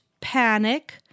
panic